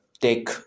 take